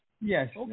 Yes